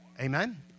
Amen